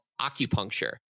acupuncture